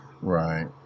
Right